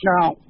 Now